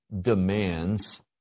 demands